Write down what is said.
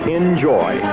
enjoy